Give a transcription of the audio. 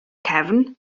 cefn